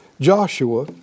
Joshua